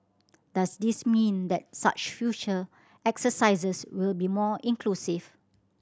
does this mean that such future exercises will be more inclusive